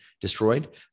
destroyed